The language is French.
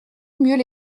mieux